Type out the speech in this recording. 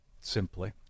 simply